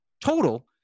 total